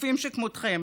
חצופים שכמותכם,